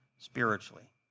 spiritually